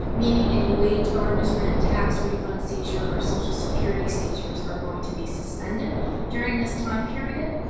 meaning any wage garnishment, tax refund seizure, or social security seizures are going to be suspended during this time period.